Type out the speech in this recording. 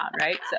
right